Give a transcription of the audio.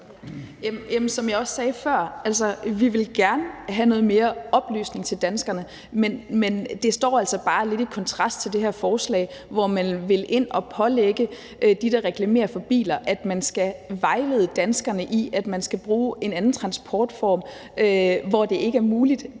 som jeg også sagde før, vil vi gerne have noget mere oplysning til danskerne, men det står altså bare lidt i kontrast til det her forslag, hvor man vil ind og pålægge dem, der reklamerer for biler, at man skal vejlede danskerne i, at de skal bruge en anden transportform, hvor det ikke er muligt.